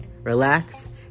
relax